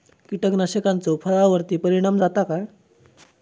कीटकनाशकाचो फळावर्ती परिणाम जाता काय?